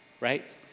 right